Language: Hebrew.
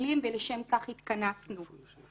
למחבלים ולשם כך התכנסנו.